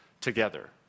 together